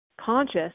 conscious